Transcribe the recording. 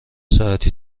ساعتی